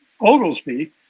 Oglesby